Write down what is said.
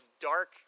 dark